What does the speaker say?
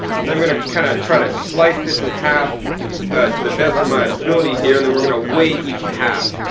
then i'm gonna kinda try to slice this in half to the best of my ability here, and then we're gonna weigh each half.